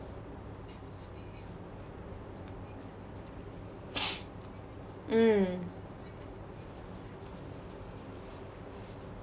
mm